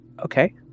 okay